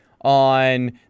on